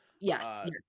yes